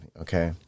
Okay